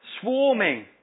Swarming